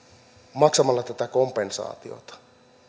maksamalla tätä kompensaatiota